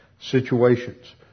situations